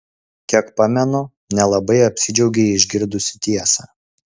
kiek pamenu nelabai apsidžiaugei išgirdusi tiesą